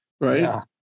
Right